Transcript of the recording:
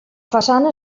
façana